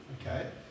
Okay